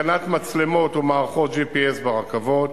התקנת מצלמות ומערכות GPS ברכבות,